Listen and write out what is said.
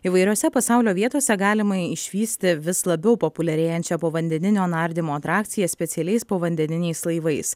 įvairiose pasaulio vietose galima išvysti vis labiau populiarėjančią povandeninio nardymo atrakciją specialiais povandeniniais laivais